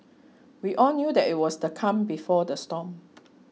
we all knew that it was the calm before the storm